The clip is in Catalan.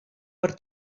per